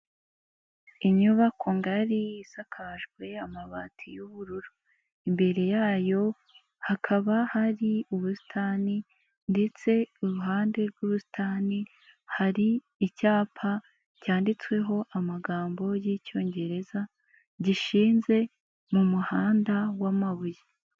Inyubako ngari isakajwe amabati y'ubururu, imbere yayo hakaba hari ubusitani ndetse iruhande rw'ubusitani hari icyapa cyanditsweho amagambo y'icyongereza gishinze mu muhanda w'amabuye.